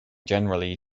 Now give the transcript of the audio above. generally